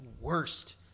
worst